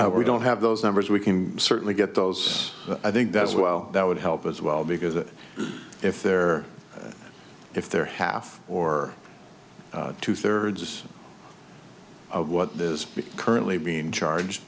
now we don't have those numbers we can certainly get those i think does well that would help as well because it if they're if they're half or two thirds of what this be currently being charged